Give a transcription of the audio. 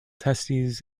testes